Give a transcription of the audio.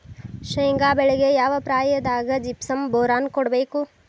ಶೇಂಗಾ ಬೆಳೆಗೆ ಯಾವ ಪ್ರಾಯದಾಗ ಜಿಪ್ಸಂ ಬೋರಾನ್ ಕೊಡಬೇಕು?